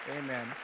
Amen